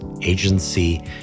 agency